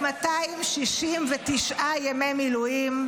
ל-1,269 ימי מילואים.